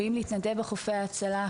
שיבואו להתנדב בחופי הרחצה.